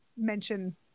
mention